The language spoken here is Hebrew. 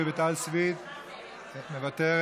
רויטל